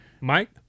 Mike